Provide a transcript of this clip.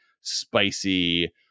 spicy